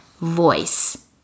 voice